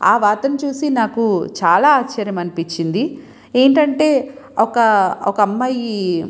అలాంటి వార్తను చూసి నాకు చాలా ఆశ్చర్యం అనిపించింది ఏంటంటే ఒక ఒక అమ్మాయి